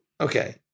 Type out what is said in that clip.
okay